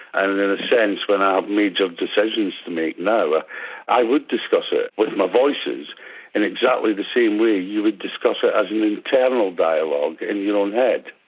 and in a sense when i have major decisions to make now i would discuss it with my voices in exactly the same way you would discuss it as an internal dialogue in your own head.